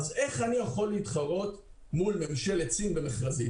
אז איך אני יכול להתחרות מול ממשלת סין במכרזים?